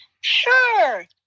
Sure